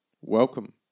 welcome